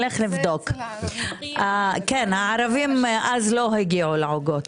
הערבים אז לא הגיעו לעוגות.